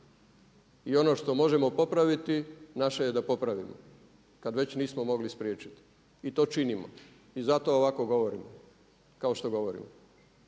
I ono što možemo popraviti naše je da popravimo kad već nismo mogli spriječiti i to činimo. I zato ovako govorimo kao što govorimo,